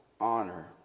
honor